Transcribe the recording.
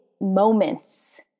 moments